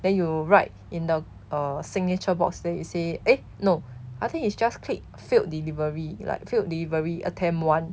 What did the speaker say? then you write in the the signature box then you say eh no I think it's just click failed delivery like failed delivery attempt one